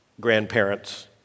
grandparents